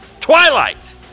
Twilight